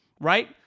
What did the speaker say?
right